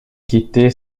quitter